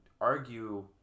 argue